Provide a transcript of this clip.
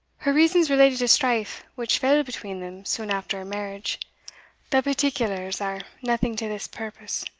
her reasons related to strife which fell between them soon after her marriage the particulars are naething to this purpose.